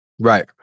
Right